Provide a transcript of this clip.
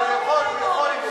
הוא יכול, הוא יכול.